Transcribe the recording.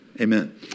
Amen